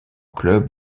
club